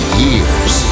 years